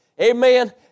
Amen